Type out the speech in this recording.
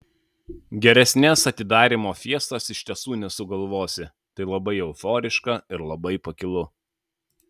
geresnės atidarymo fiestos iš tiesų nesugalvosi tai labai euforiška ir labai pakilu